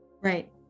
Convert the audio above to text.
right